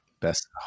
Best